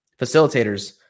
facilitators